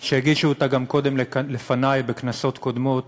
שהגישו אותה גם קודם, לפני, בכנסות קודמות,